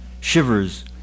shivers